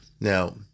Now